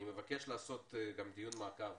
אני מבקש לקיים דיון מעקב